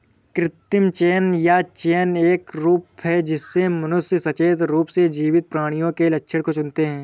कृत्रिम चयन यह चयन का एक रूप है जिससे मनुष्य सचेत रूप से जीवित प्राणियों के लक्षणों को चुनते है